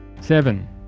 Seven